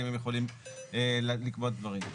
האם הם יכולים לקבוע דברים.